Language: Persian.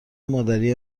مادری